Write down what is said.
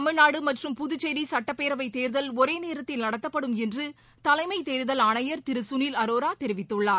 தமிழ்நாடு மற்றும் புதுச்சேரி சுட்டப்பேரவை தேர்தல் ஒரே நேரத்தில் நடத்தப்படும் என்று தலைமை தேர்தல் ஆணையர் திரு சுனில் அரோரா தெரிவித்துள்ளார்